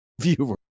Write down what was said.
viewers